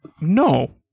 No